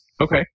Okay